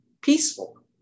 peaceful